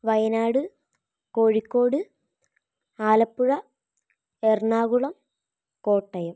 Wayanad Kozhikode Alappuzha Ernakulam Kottayam